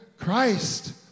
Christ